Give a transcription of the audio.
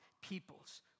peoples